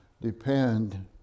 depend